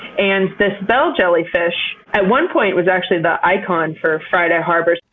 and this bell jellyfish, at one point, was actually the icon for friday harbor.